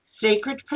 sacred